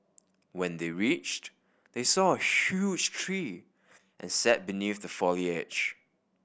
when they reached they saw a huge tree and sat beneath the foliage